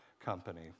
company